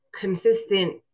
consistent